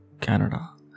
Canada